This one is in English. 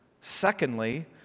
Secondly